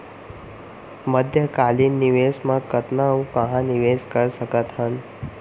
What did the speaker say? मध्यकालीन निवेश म कतना अऊ कहाँ निवेश कर सकत हन?